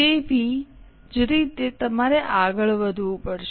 તેવી જ રીતે તમારે આગળ વધવું પડશે